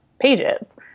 pages